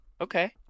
Okay